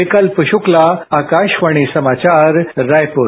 विकल्प शक्ला आकाशवाणी समाचार रायपुर